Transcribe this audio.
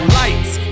lights